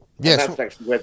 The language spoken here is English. Yes